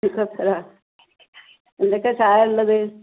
വാലേക്കും അസ്ലാം എന്തൊക്കെ ചായ ഉള്ളത്